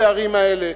הפערים האלה.